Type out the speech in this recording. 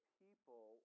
people